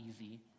easy